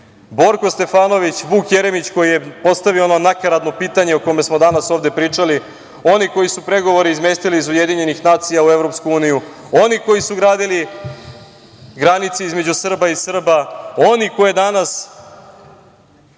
Stefanović, Vuk Jeremić, koji je postavio ono nakaradno pitanje o kome smo danas ovde pričali, oni koji su pregovore izmestili iz UN u EU, oni koji su gradili granice između Srba i Srba, oni koje danas